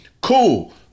Cool